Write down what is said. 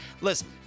Listen